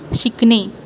शिकणे